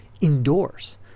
indoors